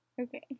Okay